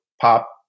pop